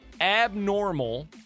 abnormal